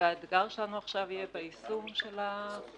האתגר שלנו עכשיו יהיה ביישום של החוק.